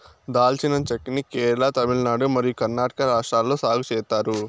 దాల్చిన చెక్క ని కేరళ, తమిళనాడు మరియు కర్ణాటక రాష్ట్రాలలో సాగు చేత్తారు